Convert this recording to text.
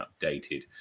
updated